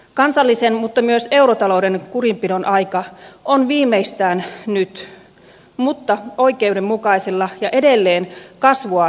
kansallisen mutta myös eurotalouden kurinpidon aika on viimeistään nyt mutta oikeudenmukaisella ja edelleen kasvua edistävällä tavalla